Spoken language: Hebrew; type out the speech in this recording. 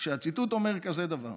והציטוט אומר כזה דבר: